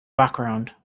background